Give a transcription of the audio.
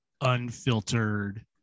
unfiltered